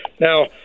now